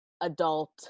adult